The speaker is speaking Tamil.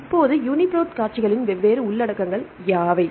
இப்போது யூனிபிரோட் காட்சிகளின் வெவ்வேறு உள்ளடக்கங்கள் யாவை